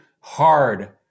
hard